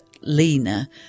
Lena